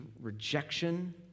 rejection